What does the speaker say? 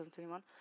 2021